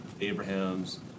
Abraham's